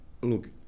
Look